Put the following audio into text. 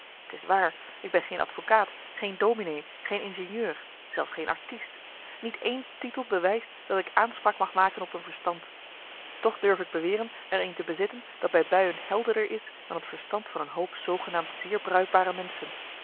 t is waar ik ben geen advocaat geen dominee marcellus emants een nagelaten bekentenis geen ingenieur zelfs geen artiest niet één titel bewijst dat ik aanspraak mag maken op een verstand toch durf ik beweren er een te bezitten dat bij buien helderder is dan het verstand van een hoop zoogenaamd zeer bruikbare menschen